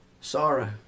sorrow